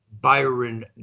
Byron